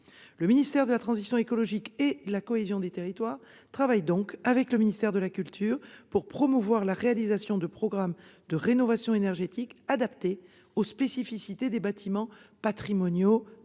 Le ministre de la transition écologique et de la cohésion des territoires travaille donc avec le ministre de la culture pour promouvoir la réalisation de programmes de rénovation énergétique adaptés aux spécificités des bâtiments patrimoniaux.